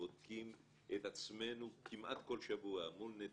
בודקים את עצמנו כמעט כל שבוע מול נתונים,